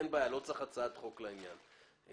אין בעיה ולא צריך הצעת חוק לעניין הזה.